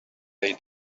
they